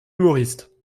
humoriste